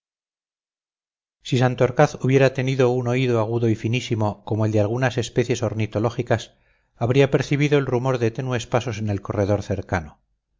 hubiera tenido un oído agudo y finísimo como el de algunas especies ornitológicas habría percibido el rumor de tenues pasos en el corredor cercano